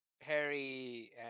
Harry